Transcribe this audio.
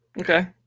okay